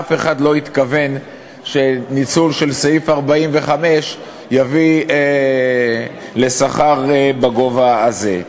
אף אחד לא התכוון שניצול של סעיף 46 יביא לשכר בגובה הזה.